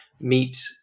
meet